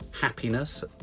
happiness